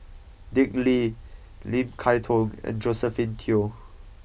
Dick Lee Lim Kay Tong and Josephine Teo